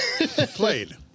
played